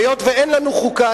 והיות שאין לנו חוקה,